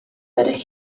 ydych